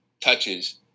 touches